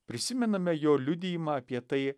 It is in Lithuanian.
prisimename jo liudijimą apie tai